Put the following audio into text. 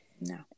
No